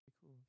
cool